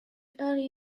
early